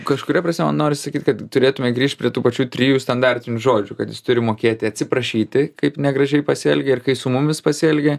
kažkuria prasme man noris sakyt kad turėtume grįžt prie tų pačių trijų standartinių žodžių kad jis turi mokėti atsiprašyti kaip negražiai pasielgė ir kai su mumis pasielgė